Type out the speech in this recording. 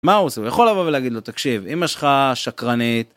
מה עושה יכול לבוא ולהגיד לו תקשיב אמא שלך שקרנית.